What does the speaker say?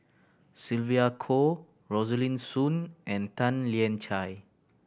Sylvia Kho Rosaline Soon and Tan Lian Chye